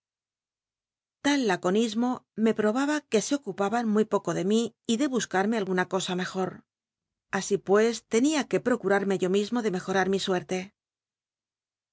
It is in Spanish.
ral laconismo me probaba que se ocupaban muy poco de mí y de buscarme alguna cosa mejor así pues tenia que procurarme yo mismo de mejorar mi suerte